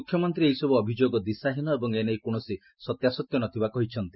ମୁଖ୍ୟମନ୍ତ୍ରୀ ଏହିସବୁ ଅଭିଯୋଗ ଦିଶାହୀନ ଏବଂ ଏନେଇ କୌଣସି ସତ୍ୟାସତ୍ୟ ନ ଥିବା କହିଛନ୍ତି